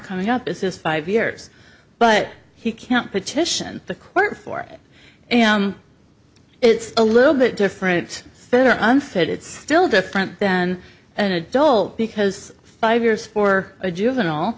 coming up this is five years but he can't petition the court for it and it's a little bit different fair or unfair it's still different than an adult because five years for a juvenile